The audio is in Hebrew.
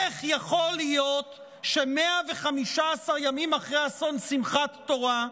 איך יכול להיות ש-115 ימים אחרי אסון שמחת תורה,